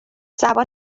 زبان